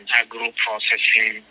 agro-processing